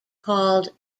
called